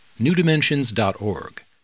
newdimensions.org